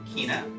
Kina